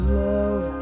love